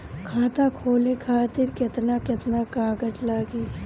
खाता खोले खातिर केतना केतना कागज लागी?